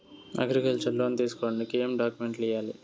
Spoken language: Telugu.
అగ్రికల్చర్ లోను తీసుకోడానికి ఏం డాక్యుమెంట్లు ఇయ్యాలి?